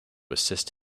assist